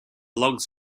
logs